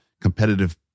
competitive